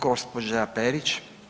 Gospođa Perić.